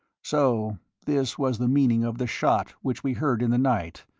so this was the meaning of the shot which we heard in the night,